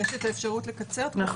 יש את האפשרות לקצר תקופה.